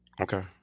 Okay